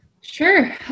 Sure